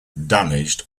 damaged